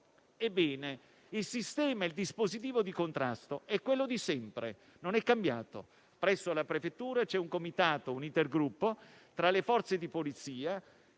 Ebbene, il dispositivo di contrasto è quello di sempre, non è cambiato: presso la prefettura c'è un comitato (un intergruppo) tra le Forze di polizia,